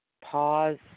pause